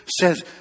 says